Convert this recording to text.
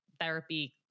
therapy